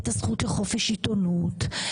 את הזכות לחופש עיתונות,